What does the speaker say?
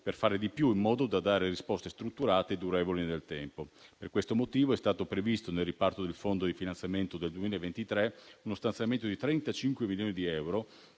per fare di più, in modo da dare risposte strutturate e durevoli nel tempo. Per questo motivo, è stato previsto - nel riparto del fondo di finanziamento del 2023 - uno stanziamento di 35 milioni di euro